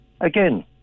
again